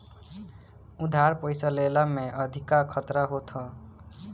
उधार पईसा लेहला में अधिका खतरा होत हअ